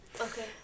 Okay